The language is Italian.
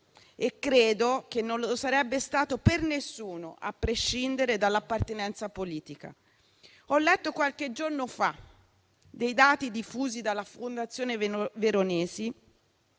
e credo che non lo sarebbe stato per nessuno, a prescindere dall'appartenenza politica. Ho letto qualche giorno fa dei dati diffusi dalla Fondazione Veronesi,